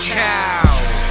cow